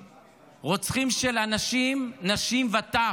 רוצחים, רוצחים של אנשים, נשים וטף.